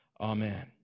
Amen